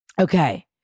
okay